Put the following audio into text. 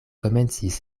komencis